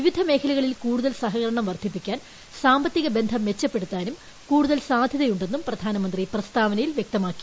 വിവിധ മേഖലകളിൽ കൂടുതൽ സഹകരണം വർദ്ധിപ്പിക്കാൻ സാമ്പത്തിക ബന്ധം മെച്ചപ്പെടുത്താനും കൂടുതൽ സാധ്യതയു െന്നും പ്രധാനമന്ത്രി പ്രസ്താവനയിൽ വ്യക്തമാക്കി